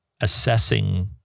assessing